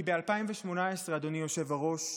כי ב-2018, אדוני היושב-ראש,